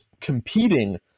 competing